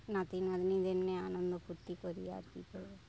নাতি নাতনিদের নিয়ে আনন্দ ফুর্তি করি আর কী করব